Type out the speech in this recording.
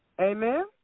Amen